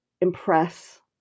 impress